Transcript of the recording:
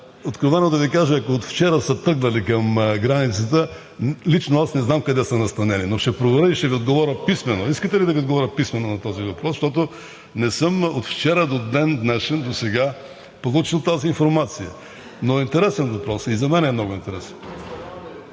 Откровено да Ви кажа, ако от вчера са тръгнали към границата, лично аз не знам къде са настанени, но ще проверя и ще Ви отговоря писмено. Искате ли да Ви отговоря писмено на този въпрос, защото от вчера досега не съм получил тази информация? Но е интересен въпросът, и за мен е много интересен.